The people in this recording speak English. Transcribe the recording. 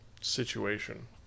situation